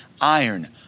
iron